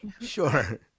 sure